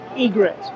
Egret